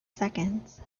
seconds